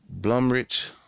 Blumrich